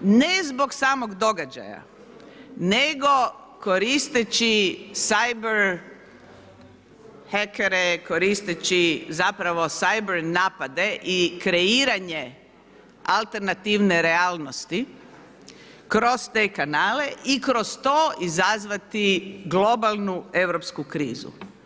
ne zbog samog događaja, nego koristeći cyber hakere, koristeći zapravo cyber napade i kreiranje alternativne realnosti kroz te kanale i kroz to izazvati globalnu europsku krizu.